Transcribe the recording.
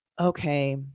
okay